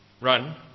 Run